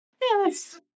Yes